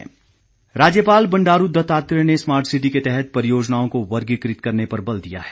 राज्यपाल राज्यपाल बंडारू दत्तात्रेय ने र्माट सिटी के तहत परियोजनाओं को वर्गीकृत करने पर बल दिया है